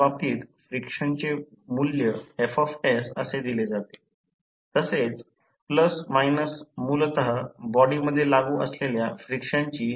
तर I 0 कडे दुर्लक्ष केल्यास ट्रान्सफॉर्मर मधून I 1 I2 डॅश समान प्रवाह 35